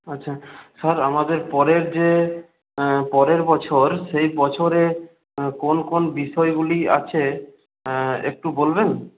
আচ্ছা স্যার আমাদের পরের যে পরের বছর সেই বছরে কোন কোন বিষয়গুলি আছে একটু বলবেন